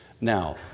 Now